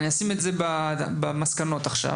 אבל אני אשים את זה במסקנות עכשיו,